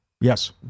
Yes